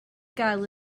gael